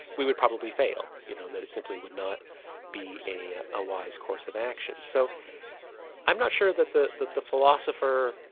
we would probably fail, you know, that it simply would not be a ah wise course of action. so i'm not sure that the that the philosopher,